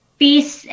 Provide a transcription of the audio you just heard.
peace